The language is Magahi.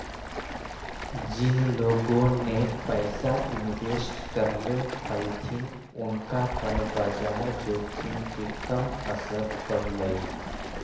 जिन लोगोन ने पैसा इन्वेस्ट करले हलथिन उनका पर बाजार जोखिम के कम असर पड़लई